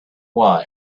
way